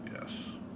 yes